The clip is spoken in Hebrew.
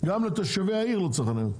גם לתושבי העיר לא צריך חניות.